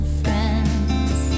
friends